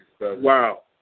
Wow